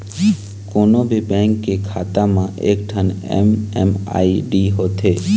कोनो भी बेंक के खाता म एकठन एम.एम.आई.डी होथे